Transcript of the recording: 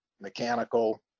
mechanical